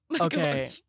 Okay